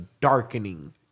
darkening